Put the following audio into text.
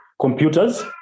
computers